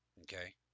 okay